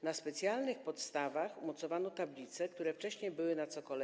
Na specjalnych podstawach umocowano tablice, które wcześniej były jego na cokole.